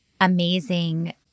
amazing